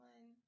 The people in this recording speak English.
One